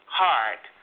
heart